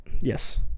Yes